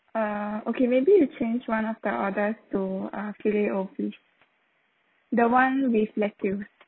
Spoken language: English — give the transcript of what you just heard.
uh okay maybe you change one of the orders to uh filet O fish the one with lettuce